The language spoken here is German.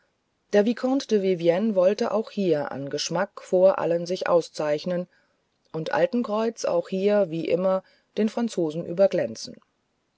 der vicomte de vivienne wollte auch hier an geschmack vor allen sich auszeichnen und altenkreuz auch hier wie immer den franzosen überglänzen